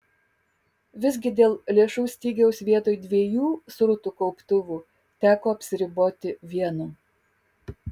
visgi dėl lėšų stygiaus vietoj dviejų srutų kauptuvų teko apsiriboti vienu